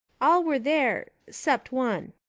all were there cept one.